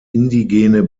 indigene